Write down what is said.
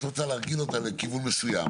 את רוצה להרגיל אותה לכיוון מסוים,